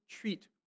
treat